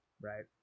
right